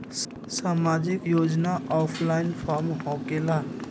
समाजिक योजना offline form होकेला?